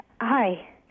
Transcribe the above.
Hi